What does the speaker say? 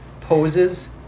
poses